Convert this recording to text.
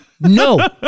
no